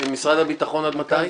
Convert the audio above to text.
משרד הביטחון עד מתי?